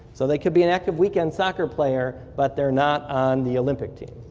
so they could be an active weekend soccer player but they're not on the olympic team.